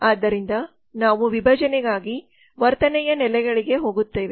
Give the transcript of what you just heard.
ಆದ್ದರಿಂದ ನಾವು ವಿಭಜನೆಗಾಗಿ ವರ್ತನೆಯ ನೆಲೆಗಳಿಗೆ ಹೋಗುತ್ತೇವೆ